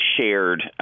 shared